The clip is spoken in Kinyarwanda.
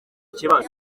kibazo